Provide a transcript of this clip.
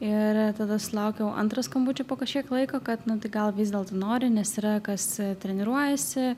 ir tada sulaukiau antro skambučio po kažkiek laiko kad na tai gal vis dėlto nori nes yra kas treniruojasi